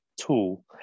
tool